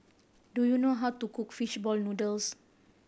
do you know how to cook fish ball noodles